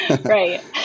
Right